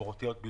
הכמויות.